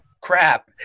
crap